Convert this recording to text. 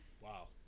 wow